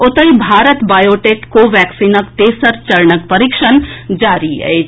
ओतहि भारत बायोटेक कोवैक्सीनक तेसर चरणक परीक्षण जारी अछि